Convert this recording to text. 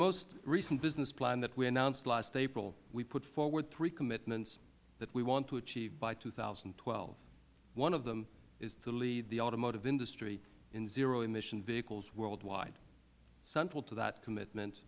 most recent business plan that we announced last april we put forward three commitments that we want to achieve by two thousand and twelve one of them is to lead the automotive industry in zero emission vehicles worldwide central to that commitment